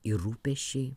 ir rūpesčiai